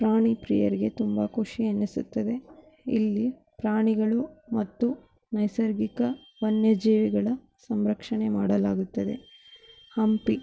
ಪ್ರಾಣಿ ಪ್ರಿಯರಿಗೆ ತುಂಬ ಖುಷಿ ಅನ್ನಿಸುತ್ತದೆ ಇಲ್ಲಿ ಪ್ರಾಣಿಗಳು ಮತ್ತು ನೈಸರ್ಗಿಕ ವನ್ಯಜೀವಿಗಳ ಸಂರಕ್ಷಣೆ ಮಾಡಲಾಗುತ್ತದೆ ಹಂಪಿ